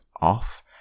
off